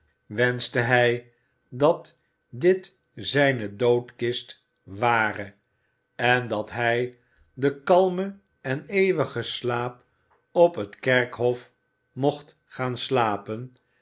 wenschte hij dat dit zijne doodkist ware en dat hij den kalmen en eeuwigen slaap op het kerkhof mocht gaan slapen